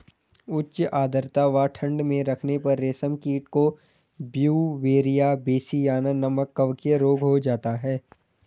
उच्च आद्रता व ठंड में रखने पर रेशम कीट को ब्यूवेरिया बेसियाना नमक कवकीय रोग हो जाता है